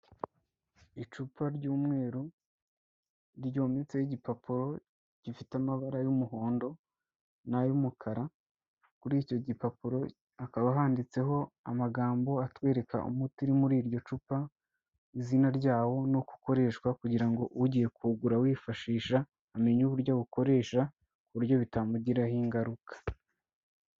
Icupa ry'umweru ryometseho igipapuro gifite amabara y'umuhondo, n'ay'umukara. Kuri icyo gipapuro hakaba handitseho amagambo atwereka umuti uri muri iryo cupa, izina ryawo n'uko ukoreshwa kugira ngo ugiye kuwugura awifashisha amenye uburyo awukoresha ku buryo bitamugiraho ingaruka.